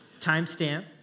Timestamp